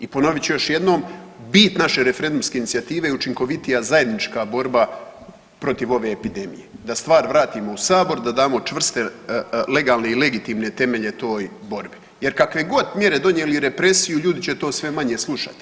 I ponovit ću još jednom, bit naše referendumske inicijative je učinkovitija zajedničke borba protiv ove epidemije, da stvar vratimo u Sabor, da damo čvrste legalne i legitimne temelje toj borbi jer kakvegod mjere donijeli i represiju ljudi će to sve manje slušati.